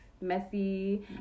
Messy